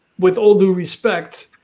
with all due respect,